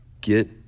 get